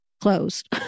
closed